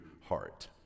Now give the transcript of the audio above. heart